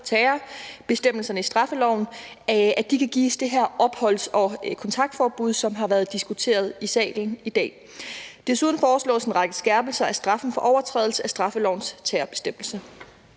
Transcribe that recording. terrorbestemmelserne i straffeloven, kan gives opholds- og kontaktforbud, som har været diskuteret i salen i dag. Desuden foreslås en række skærpelser af straffen for overtrædelse af straffelovens terrorbestemmelser.